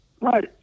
Right